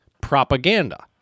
propaganda